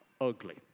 ugly